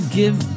give